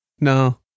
No